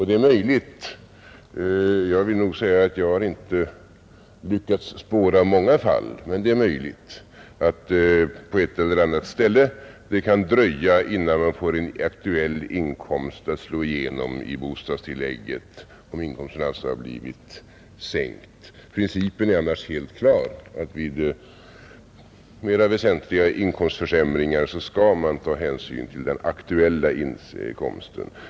Det är möjligt — men jag vill säga att jag inte lyckats spåra många sådana fall — att det på ett eller annat ställe kan dröja innan man får en aktuell inkomst att slå igenom i bostadstillägget, om inkomsten blivit sänkt. Principen är annars helt klar: vid mera väsentliga inkomständringar skall man ta hänsyn till den aktuella inkomsten.